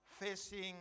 facing